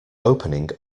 opening